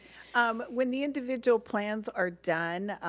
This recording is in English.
um when the individual plans are done,